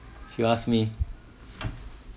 if you ask me